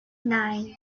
nine